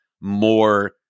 more